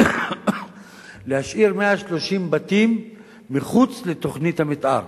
להשאיר 130 בתים מחוץ לתוכנית המיתאר,